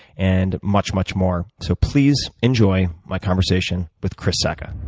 and much, much more. so, please enjoy my conversation with chris sacca.